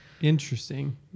Interesting